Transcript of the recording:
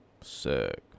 Sick